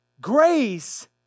Grace